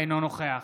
אינו נוכח